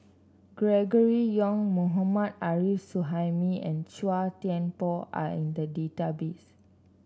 Gregory Yong Mohammad Arif Suhaimi and Chua Thian Poh are in the database